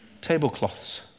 tablecloths